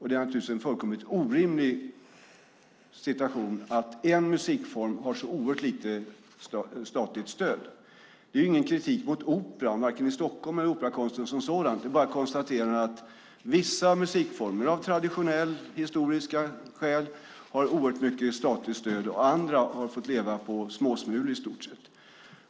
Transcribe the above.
Det är naturligtvis en fullkomligt orimlig situation att en musikform har så oerhört litet statligt stöd. Detta är ingen kritik vare sig mot Operan i Stockholm eller operakonsten som sådan. Jag konstaterar bara att vissa musikformer av tradition och historiska skäl har oerhört mycket statligt stöd och andra har fått leva på småsmulor, i stort sett.